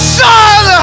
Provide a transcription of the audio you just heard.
son